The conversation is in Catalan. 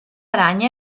aranya